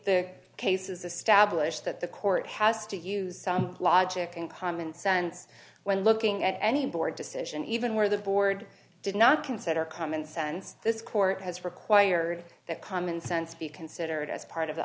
the case is a stablished that the court has to use logic and common sense when looking at any board decision even where the board did not consider commonsense this court has required that common sense be considered as part of the